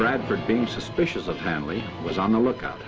bradford being suspicious of family was on the lookout